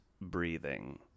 breathing